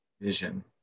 vision